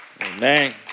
Amen